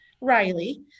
Riley